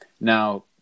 Now